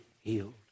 healed